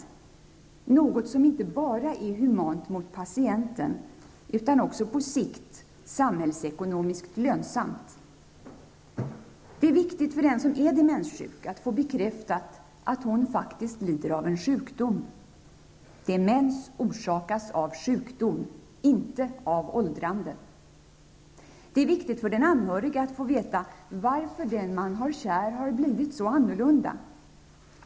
Detta är något som inte bara är humant mot patienten, utan också på sikt samhällsekonomiskt lönsamt. Det är viktigt för den som är demenssjuk att få bekräftat att hon faktiskt lider av en sjukdom. Demens orsakas av sjukdom -- inte av åldrande. Det är viktigt för den anhörige att få veta varför den man har kär har blivit så annorlunda.